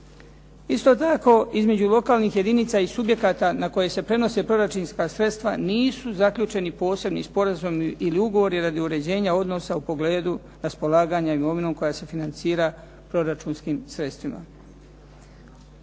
Isto tako, između lokalnih jedinica i subjekata na koje se prenose proračunska sredstva nisu zaključeni posebni sporazumi ili ugovori radi uređenja odnosa u pogledu raspolaganja imovinom koja se financira proračunskim sredstvima.